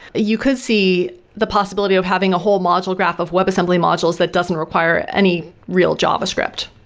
you could see the possibility of having a whole module graft of web assembly modules that doesn't require any real java script.